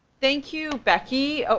thank you becky, ah